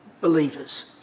believers